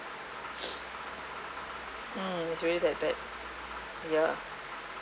mm it's really that bad yeah